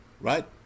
Right